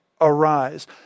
arise